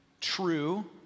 true